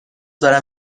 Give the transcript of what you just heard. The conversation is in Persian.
دارم